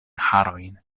harojn